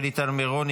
שלי טל מירון,